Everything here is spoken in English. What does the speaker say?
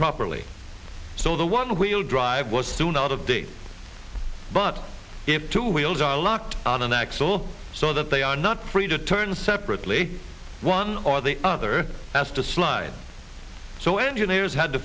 properly so the one wheel drive was soon out of date but if two wheels are locked on an axle so that they are not free to turn separately one or the other has to slide so engineers had to